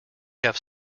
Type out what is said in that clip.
have